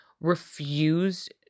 refused